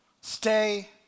stay